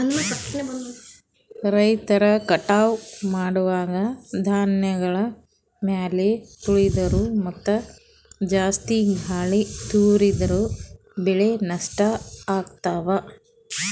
ರೈತರ್ ಕಟಾವ್ ಮಾಡುವಾಗ್ ಧಾನ್ಯಗಳ್ ಮ್ಯಾಲ್ ತುಳಿದ್ರ ಮತ್ತಾ ಜಾಸ್ತಿ ಗಾಳಿಗ್ ತೂರಿದ್ರ ಬೆಳೆ ನಷ್ಟ್ ಆಗ್ತವಾ